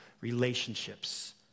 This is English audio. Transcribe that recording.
relationships